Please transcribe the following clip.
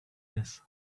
this